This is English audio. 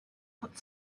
put